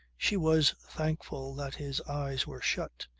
she was thankful that his eyes were shut.